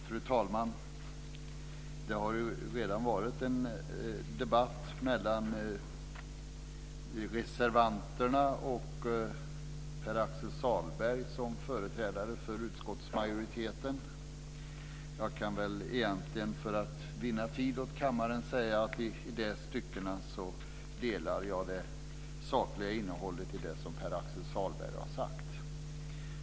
Fru talman! Det har redan varit en debatt mellan reservanterna och Pär Axel Sahlberg som företrädare för utskottsmajoriteten. Jag kan för att vinna tid åt kammaren säga att i de styckena delar jag det sakliga innehållet i det som Pär Axel Sahlberg har sagt.